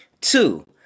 Two